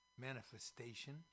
manifestation